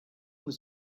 was